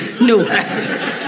No